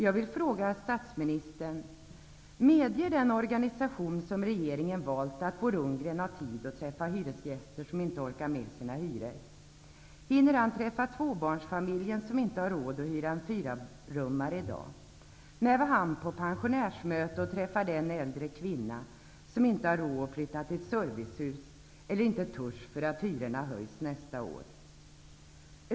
Jag vill fråga statsmininstern: Medger den organisation som regeringen valt att Bo Lundgren har tid att träffa hyresgäster som inte orkar med sina hyror? Hinner han träffa tvåbarnsfamiljen som i dag inte har råd att hyra en fyrarummare? När var han på pensionärsmöte och träffade den äldre kvinna som inte har råd att flytta till ett servicehus eller inte vågar göra det därför att hyrorna höjs nästa år?